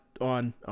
on